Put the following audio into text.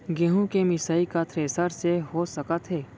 गेहूँ के मिसाई का थ्रेसर से हो सकत हे?